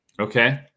Okay